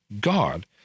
God